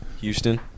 Houston